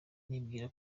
nibwira